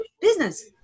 business